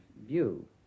view